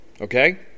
Okay